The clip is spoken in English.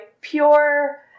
Pure